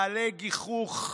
מעלה גיחוך.